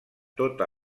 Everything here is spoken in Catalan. tota